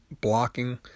blocking